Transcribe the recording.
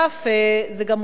גם זה הוזכר כאן,